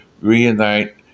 reunite